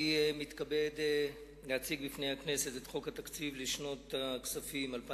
אני מתכבד להציג בפני הכנסת את חוק התקציב לשנות הכספים 2009